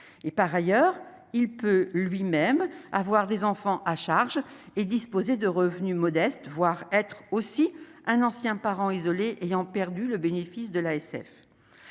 par ailleurs il peut lui-même avoir des enfants à charge et disposer de revenus modestes, voire être aussi un ancien parents isolés ayant perdu le bénéfice de l'ASF,